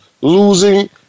losing